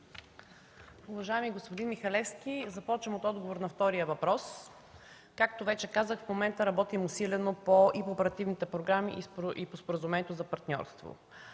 Уважаеми господин Михалевски, започвам от отговора на втория въпрос. Както вече казах, в момента работим усилено и по оперативните програми, и по Споразумението за партньорство.